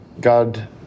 God